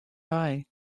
wei